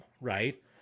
right